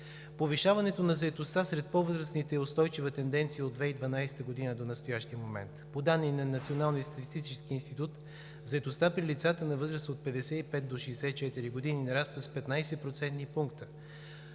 Повишаването на заетостта сред по-възрастните е устойчива тенденция от 2012 г. до настоящия момент. По данни на Националния статистически институт заетостта при лицата на възраст от 55 до 64 години нараства с 15 процентни